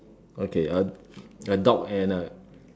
okay a a dog and a